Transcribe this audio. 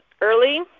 early